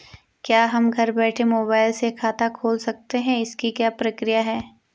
क्या हम घर बैठे मोबाइल से खाता खोल सकते हैं इसकी क्या प्रक्रिया है?